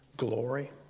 glory